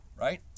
right